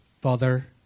bother